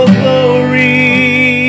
glory